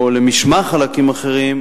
או למשמע חלקים אחרים,